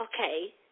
okay